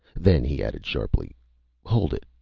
then he added sharply hold it!